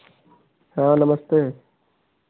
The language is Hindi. हाँ नमस्ते